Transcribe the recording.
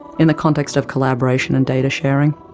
in the context of collaboration and data-sharing.